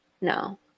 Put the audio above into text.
No